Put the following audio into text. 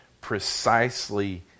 precisely